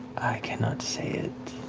i cannot say it.